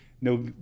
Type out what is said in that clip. no